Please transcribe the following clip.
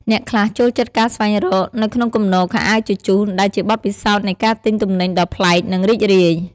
អ្នកខ្លះចូលចិត្តការស្វែងរក នៅក្នុងគំនរខោអាវជជុះ ដែលជាបទពិសោធន៍នៃការទិញទំនិញដ៏ប្លែក និងរីករាយ។